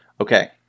Okay